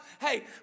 Hey